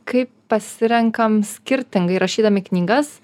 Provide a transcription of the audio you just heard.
kaip pasirenkam skirtingai rašydami knygas